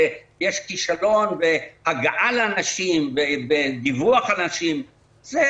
שיש כישלון בהגעה לאנשים ובדיווח על אנשים זה